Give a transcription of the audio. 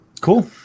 Cool